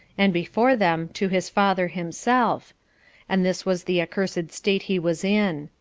and, before them, to his father himself and this was the accursed state he was in.